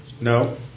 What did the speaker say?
No